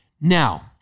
Now